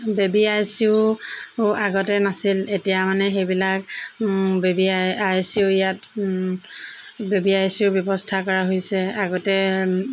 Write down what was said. baby I C U আগতে নাছিল এতিয়া মানে সেইবিলাক baby I I C U ইয়াত বেবী আই চি ইউ ব্যৱস্থা কৰা হৈছে আগতে